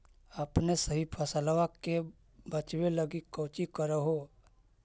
अपने सभी फसलबा के बच्बे लगी कौची कर हो?